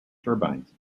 turbines